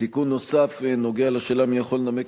תיקון נוסף נוגע לשאלה מי יכול לנמק